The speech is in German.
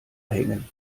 hängen